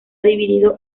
dividido